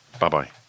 bye-bye